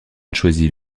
choisit